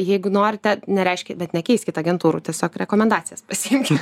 jeigu norite nereiškia bet nekeiskit agentūrų tiesiog rekomendacijas pasiimkit